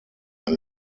eine